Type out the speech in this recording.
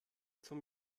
zum